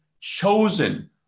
chosen